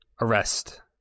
arrest